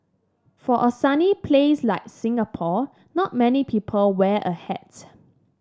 for a sunny place like Singapore not many people wear a hat